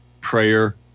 prayer